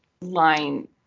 line